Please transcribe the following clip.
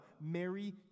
Mary